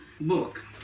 book